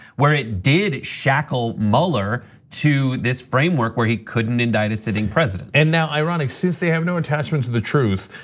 where it did shackle mueller to this framework where he couldn't indict a sitting president. and now ironic, since they have no attachment to the truth,